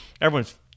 everyone's